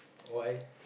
why